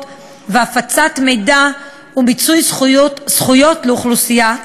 והפצת מידע ומיצוי זכויות לאוכלוסייה זו.